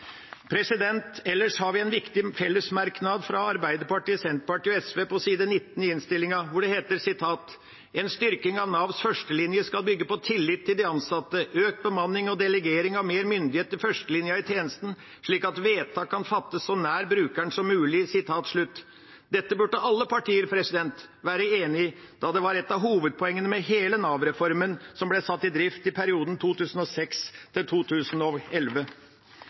Ellers har vi en viktig fellesmerknad fra Arbeiderpartiet, Senterpartiet og SV på side 19 i Innst. 15 S for 2021–2022: «En styrking i Navs førstelinje skal bygge på tillit til de ansattes kompetanse, økt bemanning og delegering av mer myndighet til førstelinjen i tjenesten slik at vedtak kan fattes så nært brukeren som mulig.» Dette burde alle partier være enig i, da det var et av hovedpoengene med hele Nav-reformen som ble satt i drift i perioden